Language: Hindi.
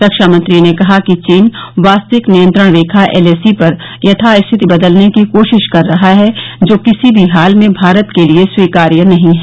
रक्षामंत्री ने कहा कि चीन वास्तविक नियंत्रण रेखा एलएसी पर यथास्थिति बदलने की कोशिश कर रहा है जो किसी भी हाल में भारत के लिए स्वीकार्य नहीं है